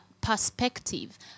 perspective